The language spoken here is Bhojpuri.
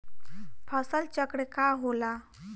फसल चक्र का होला?